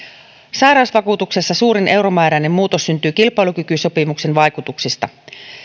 sairausvakuutuksessa suurin euromääräinen muutos syntyy kilpailukykysopimuksen vaikutuksista